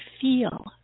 feel